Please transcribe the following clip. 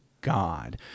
God